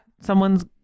Someone's